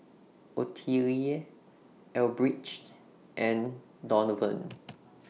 Ottilie Elbridge and Donovan